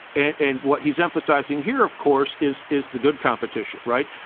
and what he's emphasizing here, of course, is is the good competition, right?